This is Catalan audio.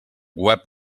web